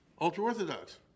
ultra-Orthodox